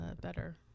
better